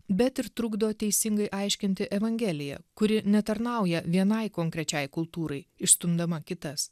bet ir trukdo teisingai aiškinti evangeliją kuri netarnauja vienai konkrečiai kultūrai išstumdama kitas